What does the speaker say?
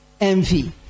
envy